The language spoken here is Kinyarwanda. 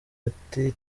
ati